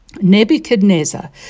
Nebuchadnezzar